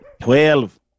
Twelve